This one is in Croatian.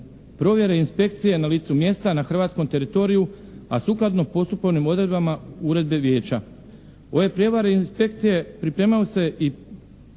provjere inspekcije na licu mjesta na hrvatskom teritoriju, a sukladno postupovnim odredbama uredbe vijeća. Ove prijevare inspekcije pripremaju se i